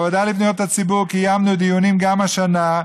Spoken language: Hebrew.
בוועדה לפניות הציבור קיימנו דיונים גם השנה,